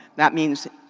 that means,